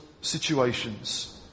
situations